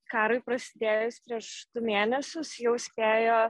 karui prasidėjus prieš du mėnesius jau spėjo